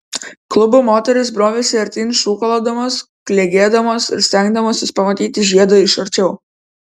klubo moterys brovėsi artyn šūkalodamos klegėdamos ir stengdamosi pamatyti žiedą iš arčiau